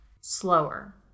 slower